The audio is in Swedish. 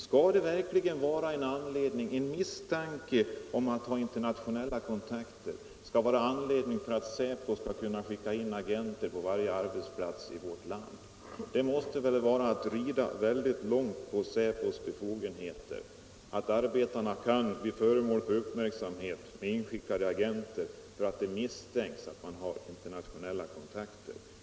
Skall verkligen en misstanke om internationella kontakter vara en anledning för Säpo att skicka in agenter på varje arbetsplats i vårt land? Det måste väl vara att utsträcka Säpos befogenheter väldigt långt när arbetarna kan bli föremål för uppmärksamhet från inskickade agenter för enbart sådana misstankar!